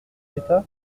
d’état